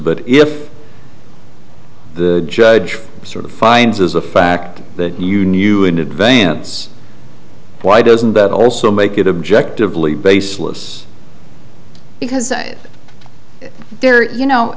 but if the judge sort of finds as a fact that you knew in advance why doesn't that also make it objectively baseless because they're you know